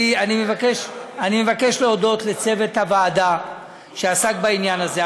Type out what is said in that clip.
אני מבקש להודות לצוות הוועדה שעסק בעניין הזה,